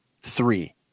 three